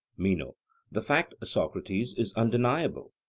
meno the fact, socrates, is undeniable.